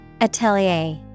Atelier